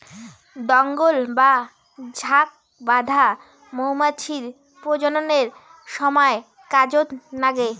দঙ্গল বা ঝাঁক বাঁধা মৌমাছির প্রজননের সমায় কাজত নাগে